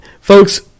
folks